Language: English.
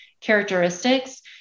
characteristics